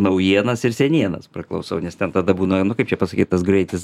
naujienas ir senienas praklausau nes ten tada būna nu kaip čia pasakyt tas greitis